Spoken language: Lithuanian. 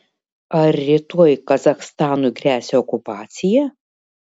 ar rytoj kazachstanui gresia okupacija